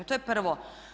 To je prvo.